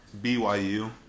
BYU